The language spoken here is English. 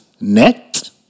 net